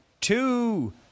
two